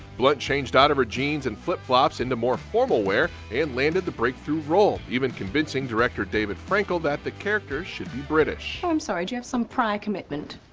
blunt changed out of her jeans and flip flops into more formal wear and landed the breakthrough role, even convincing director david frankel that the character should be british. oh i'm sorry do you have some prior commitment?